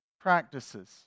practices